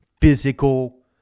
physical